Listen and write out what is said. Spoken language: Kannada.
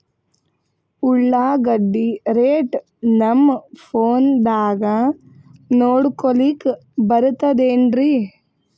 ಉಳ್ಳಾಗಡ್ಡಿ ರೇಟ್ ನಮ್ ಫೋನದಾಗ ನೋಡಕೊಲಿಕ ಬರತದೆನ್ರಿ?